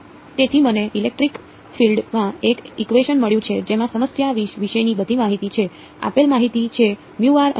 તેથી મને electric field માં એક ઇકવેશન મળ્યું છે જેમાં સમસ્યા વિશેની બધી માહિતી છે આપેલ માહિતી છે અને